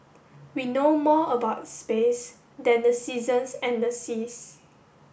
we know more about space than the seasons and the seas